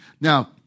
Now